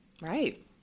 Right